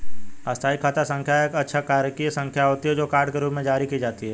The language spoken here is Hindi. स्थायी खाता संख्या एक अक्षरांकीय संख्या होती है, जो कार्ड के रूप में जारी की जाती है